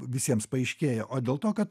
visiems paaiškėjo o dėl to kad